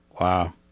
Wow